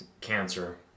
cancer